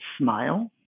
smile